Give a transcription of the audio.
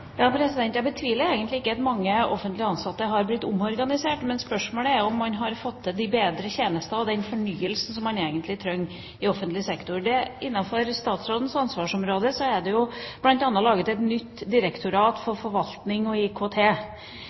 Jeg betviler egentlig ikke at mange offentlig ansatte har blitt omorganisert, men spørsmålet er om man har fått til bedre tjenester og den fornyelsen som man egentlig trenger i offentlig sektor. Innenfor statsrådens ansvarsområde er det bl.a. laget et nytt direktorat for forvaltning og IKT.